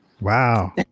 Wow